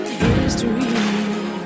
history